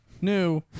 new